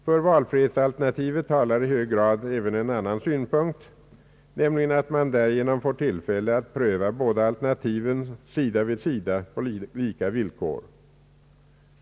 För valfrihet talar i hög grad även en annan synpunkt, nämligen att man därigenom får tillfälle att pröva båda alternativen sida vid sida på lika villkor.